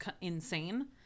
insane